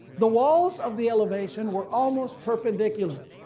the walls of the elevation were almost perpendicular,